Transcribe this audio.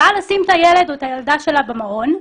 היא באה לשים את הילד או את הילדה שלה במעון,